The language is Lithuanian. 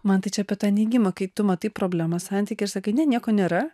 man tai čia apie tą neigimą kai tu matai problemą santykyje ir sakai ne nieko nėra